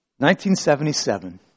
1977